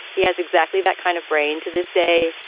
he has exactly that kind of brain to this day.